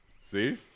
See